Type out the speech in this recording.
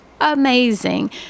amazing